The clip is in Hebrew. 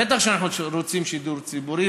בטח שאנחנו רוצים שידור ציבורי,